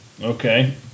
Okay